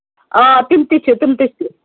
آ تِم تہِ چھِ تِم تہِ چھِ